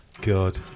God